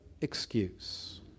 excuse